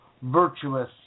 Virtuous